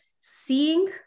seeing